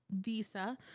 visa